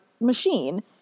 machine